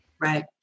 Right